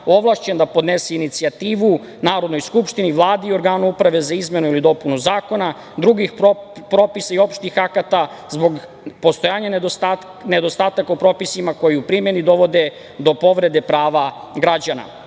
ovlašćen da podnese inicijativu Narodnoj skupštini, Vladi i organu uprave za izmenu ili dopunu zakona, drugih propisa i opštih akata zbog postojanja nedostataka u propisima koji u primeni dovode do povrede prava